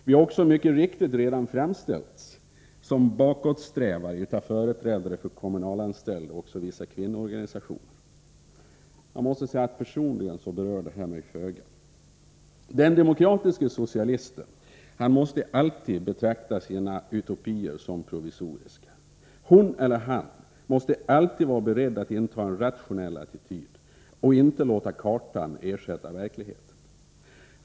Vi har också mycket riktigt redan framställts som bakåtsträvare av företrädare för de kommunalanställda och av vissa kvinnoorganisationer. Jag måste säga att detta föga berör mig personligen. Den demokratiske socialisten måste alltid betrakta sina utopier som provisoriska. Hon eller han måste alltid vara beredd att inta en rationell attityd och inte låta kartan ersätta verkligheten.